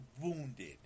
wounded